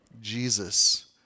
Jesus